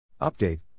Update